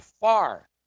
far